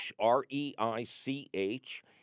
R-E-I-C-H